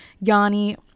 Yanni